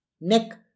neck